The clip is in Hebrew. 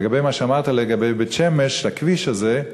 לגבי מה שאמרת, לגבי בית-שמש, הכביש הזה,